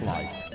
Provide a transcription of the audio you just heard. Life